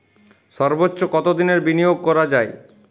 সর্বোচ্চ কতোদিনের বিনিয়োগ করা যায়?